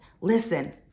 listen